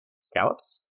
Scallops